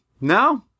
No